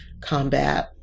combat